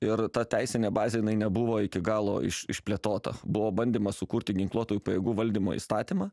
ir ta teisinė bazė jinai nebuvo iki galo išplėtota buvo bandymas sukurti ginkluotųjų pajėgų valdymo įstatymą